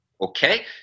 okay